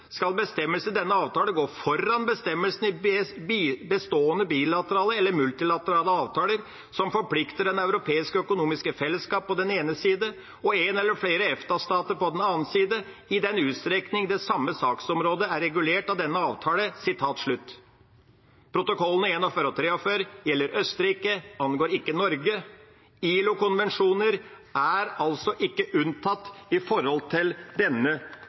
skal bestemmelsene i denne avtale gå foran bestemmelsene i bestående bilaterale eller multilaterale avtaler som forplikter Det europeiske økonomiske fellesskap på den ene side og en eller flere EFTA-stater på den annen side, i den utstrekning det samme saksområde er regulert av denne avtale.» Protokollene 41 og 43 gjelder Østerrike og angår ikke Norge. ILO-konvensjoner er altså ikke unntatt ved denne 120-bestemmelsen i EØS-avtalen. Senterpartiet mener at ILOs kjernekonvensjoner må ha forrang ved motstrid til